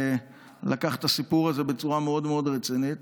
ולקח את הסיפור הזה בצורה מאוד מאוד רצינית,